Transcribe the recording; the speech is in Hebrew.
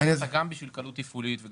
בסוף גם בשביל קלות תפעולית.